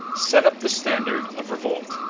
set up the standard of revolt.